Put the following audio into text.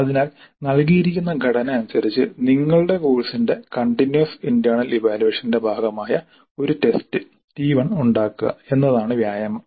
അതിനാൽ നൽകിയിരിക്കുന്ന ഘടന അനുസരിച്ച് നിങ്ങളുടെ കോഴ്സിന്റെ കണ്ടിന്യുവസ് ഇന്റെർണൽ ഇവാല്യുവേഷന്റെ ഭാഗമായ ഒരു ടെസ്റ്റ് ടി 1 ഉണ്ടാക്കുക എന്നതാണ് വ്യായാമം